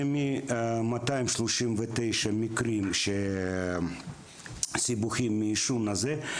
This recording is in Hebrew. זה מ-239 מקרי סיבוכים מהעישון הזה.